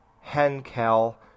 Henkel